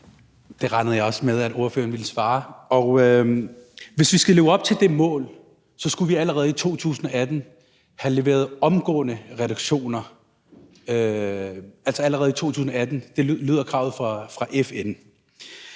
Det regnede jeg også med at ordføreren ville svare. Og hvis vi skal leve op til det mål, skulle vi allerede i 2018 have leveret omgående reduktioner – altså allerede i 2018; sådan lyder kravet fra FN.